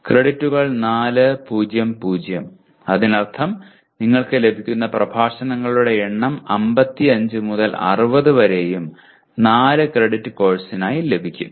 ക്രെഡിറ്റുകൾ 4 0 0 അതിനർത്ഥം നിങ്ങൾക്ക് ലഭിക്കുന്ന പ്രഭാഷണങ്ങളുടെ എണ്ണം 55 മുതൽ 60 വരെയും 4 ക്രെഡിറ്റ് കോഴ്സിനായി ലഭിക്കും